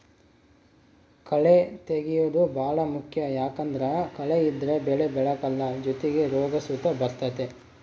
ಕಳೇ ತೆಗ್ಯೇದು ಬಾಳ ಮುಖ್ಯ ಯಾಕಂದ್ದರ ಕಳೆ ಇದ್ರ ಬೆಳೆ ಬೆಳೆಕಲ್ಲ ಜೊತಿಗೆ ರೋಗ ಸುತ ಬರ್ತತೆ